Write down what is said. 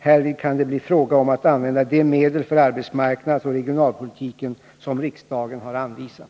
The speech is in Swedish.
Härvid kan det bli fråga om att använda de medel för arbetsmarknadsoch regionalpolitiken som riksdagen har anvisat.